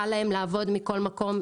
קל להם לעבוד מכל מקום,